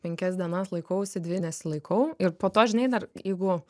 penkias dienas laikausi dvi nesilaikau ir po to žinai dar jeigu